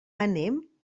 anem